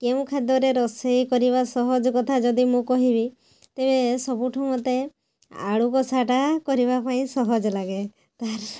କେଉଁ ଖାଦ୍ୟରେ ରୋଷେଇ କରିବା ସହଜ କଥା ଯଦି ମୁଁ କହିବି ତେବେ ସବୁଠୁ ମୋତେ ଆଳୁ କଷାଟା କରିବା ପାଇଁ ସହଜ ଲାଗେ